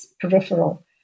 peripheral